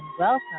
Welcome